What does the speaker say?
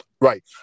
right